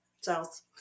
south